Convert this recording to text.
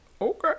Okay